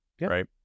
right